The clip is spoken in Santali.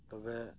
ᱛᱚᱵᱮ